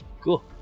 Cool